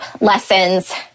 lessons